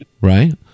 right